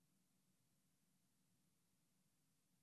בסביבות